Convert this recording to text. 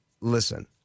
Listen